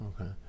Okay